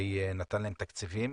נתן להם תקציבים.